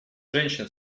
женщин